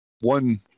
one